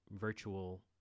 virtual